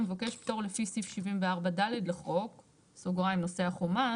המבקש פטור לפי סעיף 74(ד) לחוק (נושא החומ"ס,